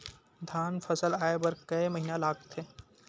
धान फसल आय बर कय महिना लगथे?